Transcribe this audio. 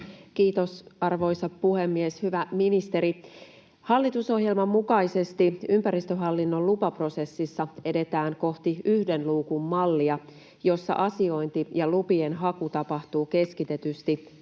Kiitos, arvoisa puhemies! Hyvä ministeri! Hallitusohjelman mukaisesti ympäristöhallinnon lupaprosessissa edetään kohti yhden luukun mallia, jossa asiointi ja lupien haku tapahtuu keskitetysti